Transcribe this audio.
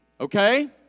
Okay